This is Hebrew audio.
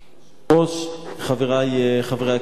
חברי חברי הכנסת,